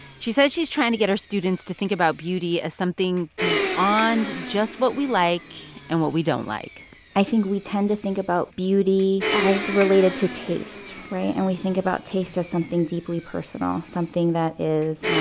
she says she's trying to get her students to think about beauty as something beyond ah and just what we like and what we don't like i think we tend to think about beauty as related to taste, right? and we think about taste as something deeply personal, something that is